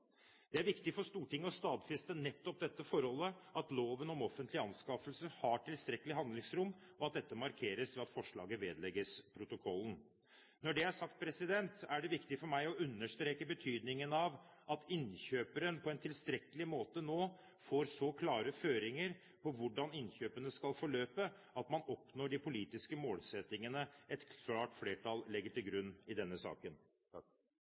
Det er viktig for Stortinget å stadfeste nettopp det forhold at loven om offentlige anskaffelser har tilstrekkelig handlingsrom, og at dette markeres ved at forslaget vedlegges protokollen. Når det er sagt, er det viktig for meg å understreke betydningen av at innkjøperen på en tilstrekkelig måte nå får så klare føringer på hvordan innkjøpene skal forløpe, at man oppnår de politiske målsettingene et klart flertall legger til grunn i denne saken.